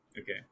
Okay